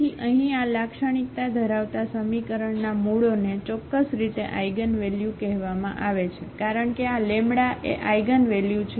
તેથી અહીં આ લાક્ષણિકતા ધરાવતા સમીકરણના મૂળોને ચોક્કસ રીતે આઇગનવેલ્યુ કહેવામાં આવે છે કારણ કે આ લેમ્બડા એ આઇગનવેલ્યુ છે